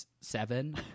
seven